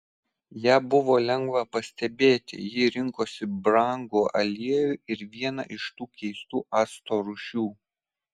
ją buvo lengva pastebėti ji rinkosi brangų aliejų ir vieną iš tų keistų acto rūšių